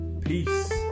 Peace